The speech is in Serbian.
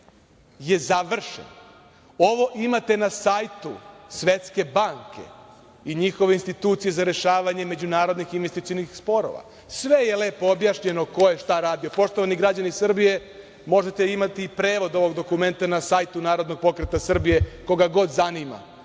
je završen, ovo imate na sajtu, Svetske banke i njihove institucije za rešavanje međunarodnih investicionih sporova i sve je lepo objašnjeno ko je šta radio, poštovani građani Srbije, možete imati i prevod ovog dokumenta na sajtu Narodnog pokreta Srbije, koga god zanima,